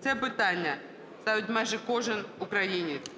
Це питання ставить майже кожен українець.